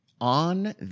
on